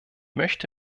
möchte